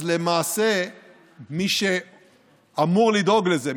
אז למעשה מי שאמור לדאוג לזה,